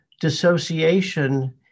dissociation